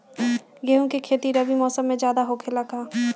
गेंहू के खेती रबी मौसम में ज्यादा होखेला का?